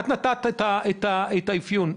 את זאת שנתנה את האפיון הזה.